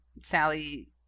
Sally